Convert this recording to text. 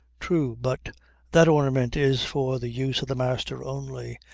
true. but that ornament is for the use of the master only.